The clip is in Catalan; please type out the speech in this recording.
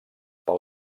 pel